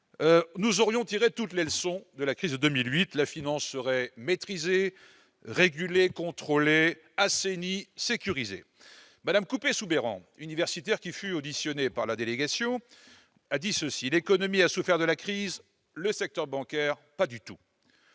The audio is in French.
nous aurions tiré toutes les leçons de la crise de 2008. La finance serait maîtrisée, régulée, contrôlée, assainie, sécurisée. Mme Couppey-Soubeyran, universitaire qui fut auditionnée par la délégation à la prospective, a dit : l'économie a souffert de la crise, le secteur bancaire pas du tout.